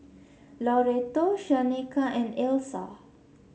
Loretto Shaneka and Elsa